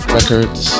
Records